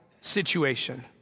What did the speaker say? situation